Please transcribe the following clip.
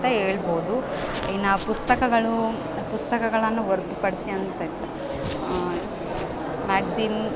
ಅಂತ ಹೇಳ್ಬೋದು ಇನ್ನ ಪುಸ್ತಕಗಳು ಪುಸ್ತಕಗಳನ್ನ ಹೊರ್ತುಪಡ್ಸಿ ಅಂತ ಮ್ಯಾಗ್ಜಿನ್